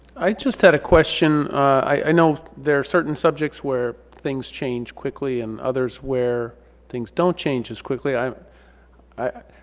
i just had a question. i know there are certain subjects where things change quickly and others where things don't change as quickly i i